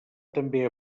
també